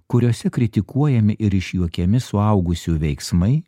kuriose kritikuojami ir išjuokiami suaugusiųjų veiksmai